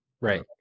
right